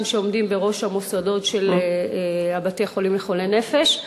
שעומדים בראש המוסדות של בתי-החולים לחולי נפש,